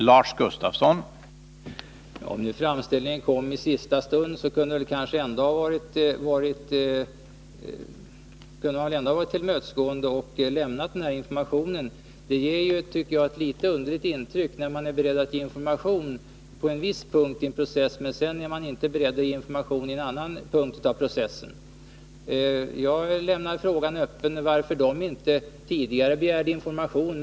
Herr talman! Om nu framställningen kom i sista stund, kunde man väl ändå ha varit tillmötesgående och lämnat denna information. Det ger, tycker jag, ett underligt intryck när man är beredd att ge information på en viss punkt i processen, men sedan inte är beredd att ge information på en annan punkt i processen. Jag lämnar frågan öppen varför de socialdemokratiska ledamöterna inte tidigare begärde information.